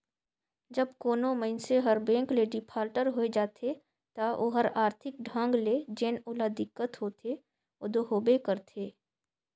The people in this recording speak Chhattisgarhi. जब कोनो मइनसे हर बेंक ले डिफाल्टर होए जाथे ता ओहर आरथिक ढंग ले जेन ओला दिक्कत होथे ओ दो होबे करथे